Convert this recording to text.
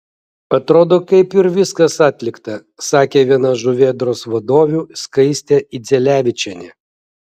atrodo kaip ir viskas atlikta sakė viena žuvėdros vadovių skaistė idzelevičienė